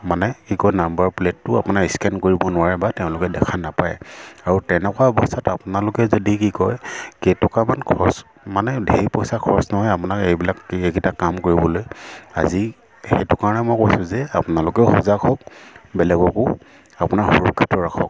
মানে কি কয় নাম্বাৰ প্লেটটো আপোনাৰ স্কেন কৰিব নোৱাৰে বা তেওঁলোকে দেখা নাপায় আৰু তেনেকুৱা অৱস্থাত আপোনালোকে যদি কি কয় কেইটকামান খৰচ মানে ধেৰ পইচা খৰচ নহয় আপোনাক এইবিলাক এইকেইটা কাম কৰিবলৈ আজি সেইটো কাৰণে মই কৈছোঁ যে আপোনালোকেও সজাগ হওক বেলেগকো আপোনাৰ সুৰক্ষিত ৰাখক